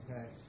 Okay